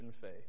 faith